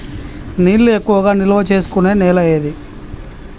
నీళ్లు ఎక్కువగా నిల్వ చేసుకునే నేల ఏది?